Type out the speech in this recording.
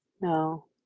No